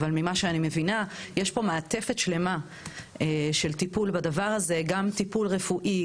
אבל ממה שאני מבינה יש פה מעטפת שלמה של טיפול בדבר הזה טיפול רפואי,